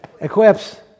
Equips